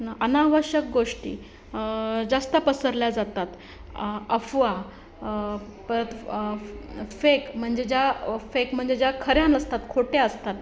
अनावश्यक गोष्टी जास्त पसरल्या जातात अफवा परत फेक म्हणजे ज्या फेक म्हणजे ज्या खऱ्या नसतात खोट्या असतात